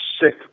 sick